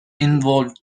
involved